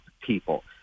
people